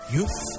Youth